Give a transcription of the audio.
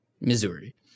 Missouri